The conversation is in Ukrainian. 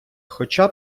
хоча